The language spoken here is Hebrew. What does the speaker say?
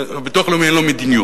הביטוח הלאומי אין לו מדיניות.